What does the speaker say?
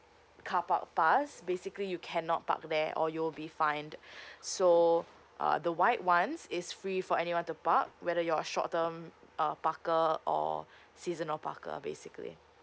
carpark pass basically you cannot park there or you'll be fined so uh the white [one] s is free for anyone to park whether you're a short term uh parker or seasonal parker basically